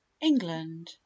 England